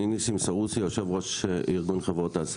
בוקר טוב.